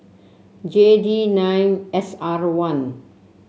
J D nine S R one